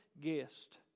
guest